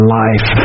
life